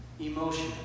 emotion